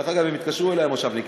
דרך אגב, הם התקשרו אלי, המושבניקים.